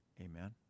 Amen